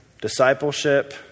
discipleship